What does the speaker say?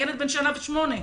ילד בן שנה ושמונה חודשים.